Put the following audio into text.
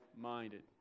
minded